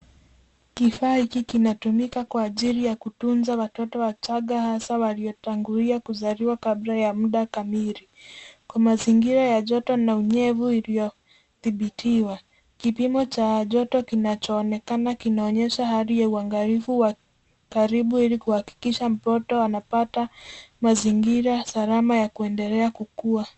Kifaa hiki kinatumika kwa ajili ya kutunza watoto wachanga hasa waliotangulia kuzaliwa kabla ya mda kamili kwa mazingira ya joto na unyevu uliodhibitiwa. Kipimo cha joto kinachoonekana kinaonyesha hali ya uangalifu wa karibu ili kuhakikisha mtoto anapata mazingira salama ya kuendelea kukua.